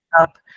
up